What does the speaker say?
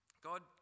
God